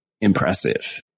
impressive